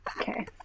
Okay